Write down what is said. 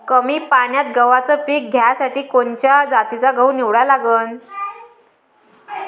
कमी पान्यात गव्हाचं पीक घ्यासाठी कोनच्या जातीचा गहू निवडा लागन?